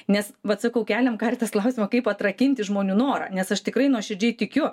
nes vat sakau keliam karitas klausimą kaip atrakinti žmonių norą nes aš tikrai nuoširdžiai tikiu